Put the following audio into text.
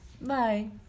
Bye